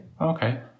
okay